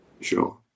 Sure